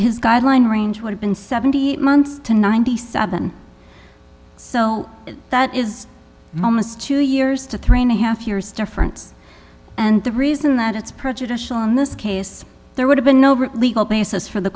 his guideline range would have been seventy eight months to ninety seven so that is almost two years to train a half years difference and the reason that it's prejudicial in this case there would have been no legal basis for the